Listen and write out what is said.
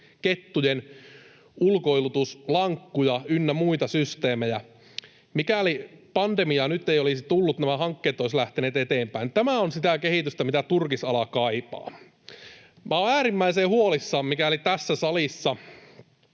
kettujen ulkoilutuslankkuja ynnä muita systeemejä. Mikäli pandemiaa nyt ei olisi tullut, nämä hankkeet olisivat lähteneet eteenpäin. Tämä on sitä kehitystä, mitä turkisala kaipaa. Olen äärimmäisen huolissani, mikäli tässä salissa